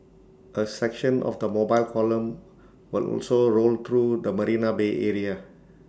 A section of the mobile column will also roll through the marina bay area